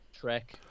Trek